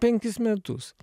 penkis metus